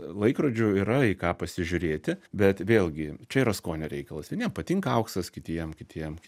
laikrodžių yra į ką pasižiūrėti bet vėlgi čia yra skonio reikalas vieniem patinka auksas kitiem kitiem